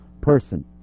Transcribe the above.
person